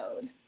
mode